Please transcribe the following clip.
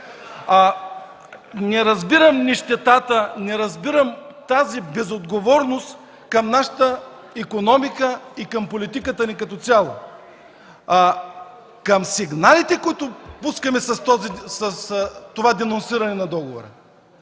Не разбирам нищетата, не разбирам тази безотговорност към нашата икономика и към политиката ни като цяло, към сигналите, които пускаме с това денонсиране на договора.